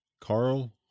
Carl